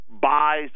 buys